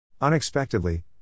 Unexpectedly